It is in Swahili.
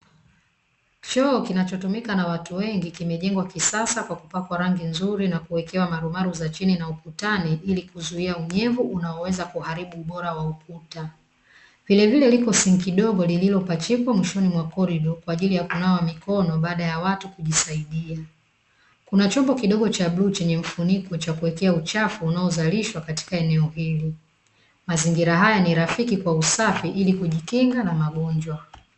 Choo kinachotumika na watu, kimetengenezwa kisasa na kuwekewa marumaru za chini na ukutani, ili kuzuia unyevu unaoweza kuharibua ubora wa ukuta vile vile lipo sinki dogo lililopachikwa pembeni mwa korido kwaajili ya watu kunawia wakishatoka kujisaidia, kuna chombo kidogo cha bluu chenye mfuniko kwajilia wa kutunzia uchafu unazalishwa katika eneo hili, mazingaira haya ni rafiki kwa usafi kwaajili ya kujikinga na magonjwa.